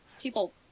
people